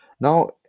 Now